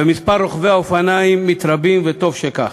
ומספר רוכבי האופניים מתרבים, וטוב שכך.